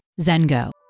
Zengo